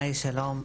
היי שלום.